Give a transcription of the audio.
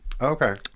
Okay